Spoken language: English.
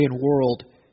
world